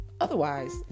Otherwise